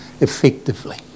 Effectively